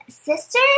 sister